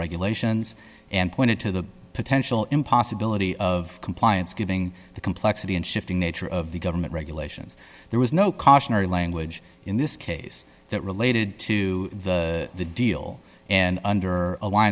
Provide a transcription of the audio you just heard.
regulations and pointed to the potential in possibility of compliance giving the complexity and shifting nature of the government regulations there was no cautionary language in this case that related to the deal and under